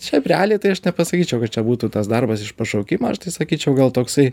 šiaip realiai tai aš nepasakyčiau kad čia būtų tas darbas iš pašaukimo aš tai sakyčiau gal toksai